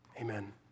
amen